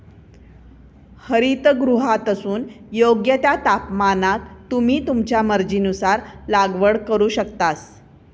हरितगृहातसून योग्य त्या तापमानाक तुम्ही तुमच्या मर्जीनुसार लागवड करू शकतास